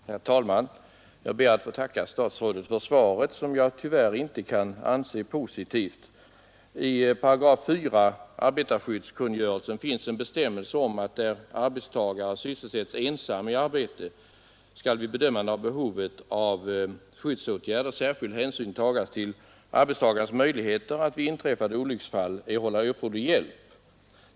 Herr talman! Jag ber att få tacka statsrådet för svaret, som jag tyvärr inte kan anse positivt. I 48 arbetarskyddskungörelsen finns en bestämmelse om att där arbetstagare sysselsätts ensam i arbete skall vid bedömande av behovet av skyddsåtgärder särskild hänsyn tagas till arbetstagarens möjligheter att vid inträffat olyckseller sjukdomsfall erhålla erforderlig hjälp.